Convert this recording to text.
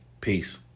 Peace